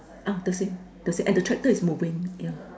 ah the same the same and the tractor is moving ya